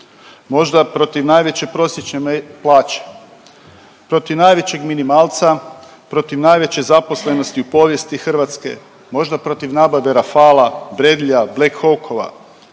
Možda protiv najveće prosječne plaće, protiv najvećeg minimalca, protiv najveće zaposlenosti u povijesti Hrvatske, možda protiv nabave Rafala, Bredlija, Black Hawkova,